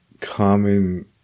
common